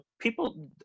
people